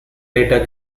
later